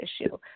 issue